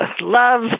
love